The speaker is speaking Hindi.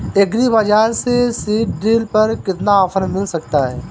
एग्री बाजार से सीडड्रिल पर कितना ऑफर मिल सकता है?